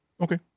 Okay